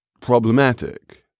problematic